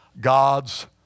God's